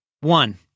One